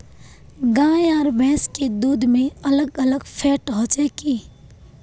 गाय आर भैंस के दूध में अलग अलग फेट होचे की?